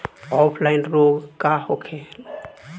Offline रोग का होखे?